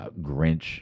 Grinch